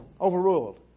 overruled